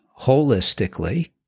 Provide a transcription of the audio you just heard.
holistically